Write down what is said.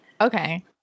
Okay